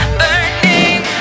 burning